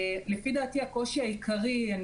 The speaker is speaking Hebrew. לפי דעתי הקושי העיקרי הוא